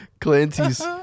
Clancy's